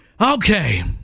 Okay